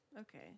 Okay